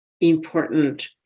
important